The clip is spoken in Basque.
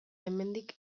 hemendik